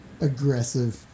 aggressive